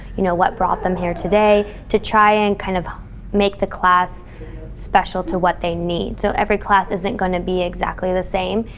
you know what brought them here today, to try and kind of make the class special to what they need. so every class isn't going to be exactly the same.